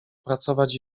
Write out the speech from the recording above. pracować